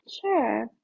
sure